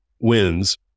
wins